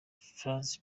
trans